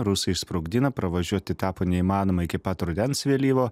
rusai išsprogdino pravažiuoti tapo neįmanoma iki pat rudens vėlyvo